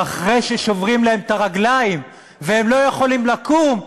ואחרי ששוברים להם את הרגליים והם לא יכולים לקום,